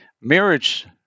marriage